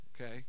okay